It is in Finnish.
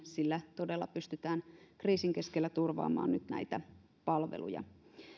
sillä todella pystytään kriisin keskellä turvaamaan nyt näitä palveluja